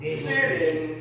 sitting